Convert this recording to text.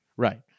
Right